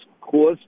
caused